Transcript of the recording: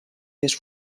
fes